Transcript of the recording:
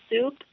soup